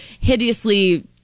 hideously